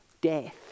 death